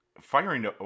Firing